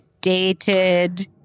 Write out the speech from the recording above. dated